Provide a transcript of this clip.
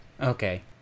Okay